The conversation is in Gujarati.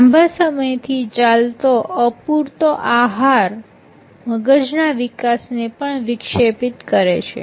લાંબા સમય થી ચાલતો અપૂરતો આહાર મગજના વિકાસ ને પણ વિક્ષેપિત કરે છે